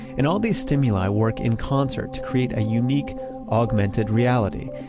and all these stimuli work in concert to create a unique augmented reality.